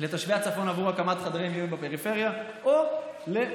לתושבי הצפון עבור הקמת חדרי מיון בפריפריה או למחבלי